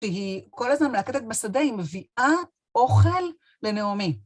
כי היא כל הזמן מרקדת בשדה, היא מביאה אוכל לנעמי.